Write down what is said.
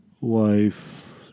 wife